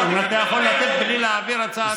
אתה יכול לתת בלי להעביר הצעת חוק?